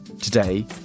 Today